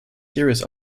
serious